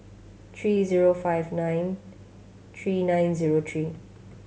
three zero five nine three nine zero three